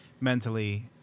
mentally